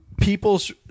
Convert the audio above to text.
people's